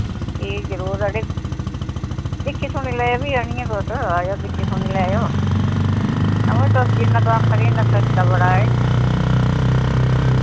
एह् जरुर अड़े दिक्खी सुनी लेयो फ्ही आह्नियै तुस आयो दिक्खी सुनी लैयो हां वा तुस जिन्ना तुस आक्खा दे इ'न्ना सस्ता बड़ा एह्